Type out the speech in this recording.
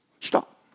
Stop